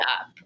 up